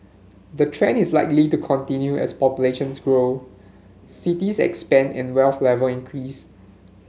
the trend is likely to continue as populations grow cities expand and wealth level increase